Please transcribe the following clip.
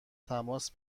تماس